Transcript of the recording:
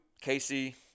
Casey